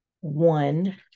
one